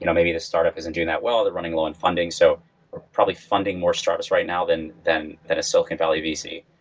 you know maybe this startup isn't doing that well. they're running low on and funding. so we're probably funding more startups right now than than at silicon valley vc.